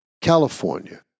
California